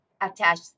attach